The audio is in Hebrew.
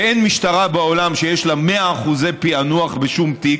ואין משטרה בעולם שיש לה מאה אחוזי פענוח בשום תיק,